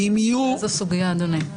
איזו סוגיה, אדוני?